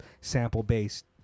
sample-based